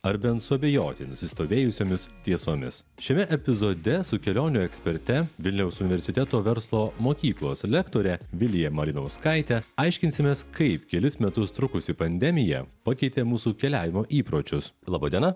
ar bent suabejoti nusistovėjusiomis tiesomis šiame epizode su kelionių eksperte vilniaus universiteto verslo mokyklos lektore vilija malinauskaitėeaiškinsimės kaip kelis metus trukusi pandemija pakeitė mūsų keliavimo įpročius laba diena